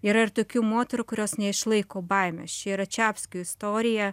yra ir tokių moterų kurios neišlaiko baimės čia yra čapskių istorija